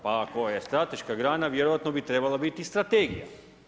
Pa ako je strateška grana, vjerojatno bi trebala biti i strategija.